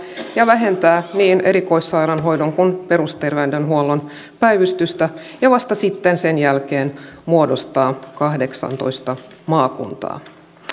ja vähentää niin erikoissairaanhoidon kuin perusterveydenhuollon päivystystä ja vasta sitten sen jälkeen muodostaa kahdeksantoista maakuntaa